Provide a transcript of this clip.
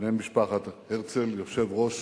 בני משפחת הרצל, יושב-ראש